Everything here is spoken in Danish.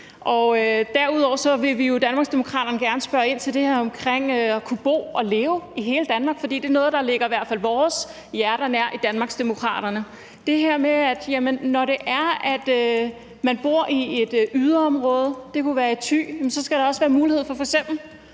Derudover vil vi i Danmarksdemokraterne gerne spørge ind til det her om at kunne bo og leve i hele Danmark, for det er noget, der i hvert fald ligger vores hjerter nær i Danmarksdemokraterne. Det er det her med, at når man bor i et yderområde – det kunne være i Thy – skal der også være mulighed for